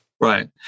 Right